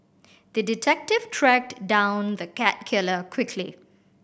the detective tracked down the cat killer quickly